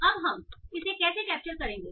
अब हम इसे कैसे कैप्चर करेंगे